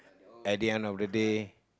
at the end of the day